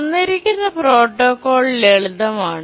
തന്നിരിക്കുന്ന പ്രോട്ടോക്കോൾ ലളിതമാണ്